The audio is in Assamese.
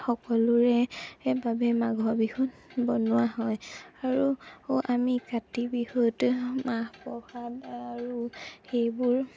সকলোৰে এ বাবে মাঘৰ বিহুত বনোৱা হয় আৰু ও আমি কাতি বিহুত মাহ প্ৰসাদ আৰু সেইবোৰ